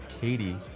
Katie